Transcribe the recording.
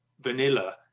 vanilla